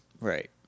Right